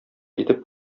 итеп